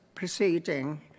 proceeding